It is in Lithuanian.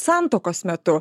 santuokos metu